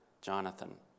Jonathan